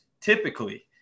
typically